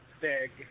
big